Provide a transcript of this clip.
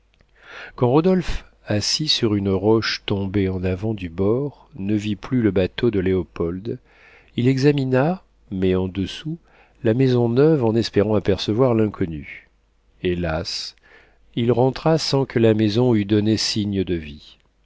rodolphe assis sur une roche tombée en avant du bord ne vit plus le bateau de léopold il examina mais en dessous la maison neuve en espérant apercevoir l'inconnue hélas il rentra sans que la maison eût donné signe de vie